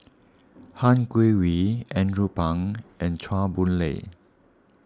Han Guangwei Andrew Phang and Chua Boon Lay